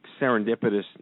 serendipitous